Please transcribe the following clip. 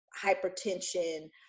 hypertension